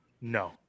No